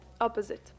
opposite